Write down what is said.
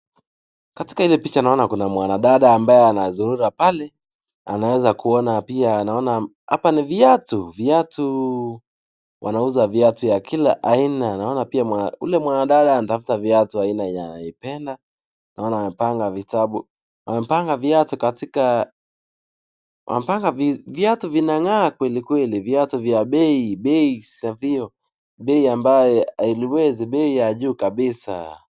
Katika ile picha naona kuna mwanadada ambaye anazurura pale. Anaweza kuona pia naona hapa ni viatu. Viatu wanauza viatu ya kila aina. Naona pia yule mwanadada anatafuta viatu aina anayoipenda. Naona wamepanga vitabu wamepanga viatu katika wamepanga viatu vinang'aa kweli kweli. Viatu vya bei bei bei ambayo hailiwezi. Bei ya juu kabisa.